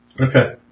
Okay